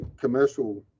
commercial